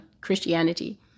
Christianity